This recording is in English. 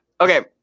Okay